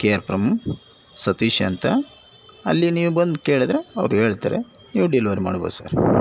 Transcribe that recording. K R from Satish ಅಂತ ಅಲ್ಲಿ ನೀವು ಬಂದು ಕೇಳಿದರೆ ಅವರು ಹೇಳ್ತಾರೆ ನೀವು ಡಿಲಿವರಿ ಮಾಡ್ಬೋದು ಸರ್